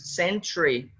century